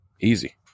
Easy